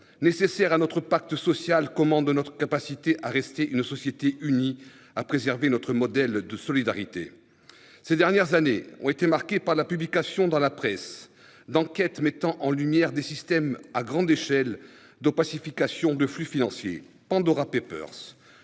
nécessaire à notre pacte social, nous intime, pour rester une société unie, de préserver notre modèle de solidarité. Ces dernières années ont été marquées par la publication dans la presse d'enquêtes mettant en lumière des systèmes à grande échelle d'opacification de flux financiers- ,,-,